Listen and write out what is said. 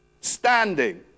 standing